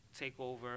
Takeover